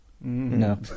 No